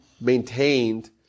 maintained